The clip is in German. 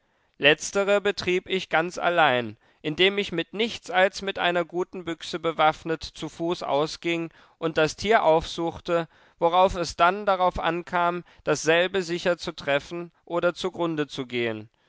letztere betrieb ich ganz allein indem ich mit nichts als mit einer guten büchse bewaffnet zu fuß ausging und das tier aufsuchte worauf es dann darauf ankam dasselbe sicher zu treffen oder zugrunde zu gehen